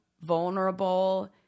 vulnerable